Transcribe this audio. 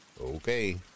Okay